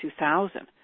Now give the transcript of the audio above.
2000